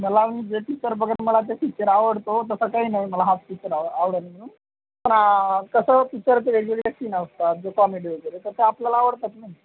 मला जे पिच्चर बघत मला ते पिक्चर आवडतो तसं काही नाही मला हाच पिच्चर आव आवडत नाही पण कसं पिच्चर क्रिएटिव्हिटी असते ना कॉमेडी वगैरे तसं आपल्याला आवडतंच ना